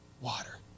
Water